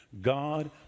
God